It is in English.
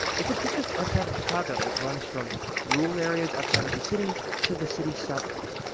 it's a district outside of chicago. it runs from rural areas outside of the city to the city's suburbs.